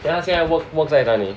then 他现在 work 在这里